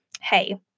hey